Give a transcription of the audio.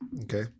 okay